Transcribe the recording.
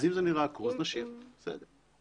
אז אם זה נראה עקום אז נשאיר, בסדר.